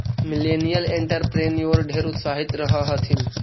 millennial entrepreneur ढेर उत्साहित रह हथिन